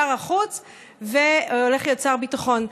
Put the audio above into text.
שר החוץ והולך להיות שר הביטחון.